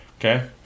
Okay